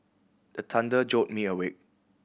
the thunder jolt me awake